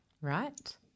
Right